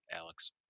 Alex